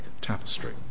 tapestry